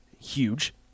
huge